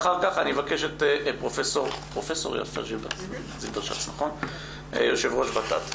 ואחר כך פרופ' יפה זילברשץ יו"ר ות"ת.